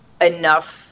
enough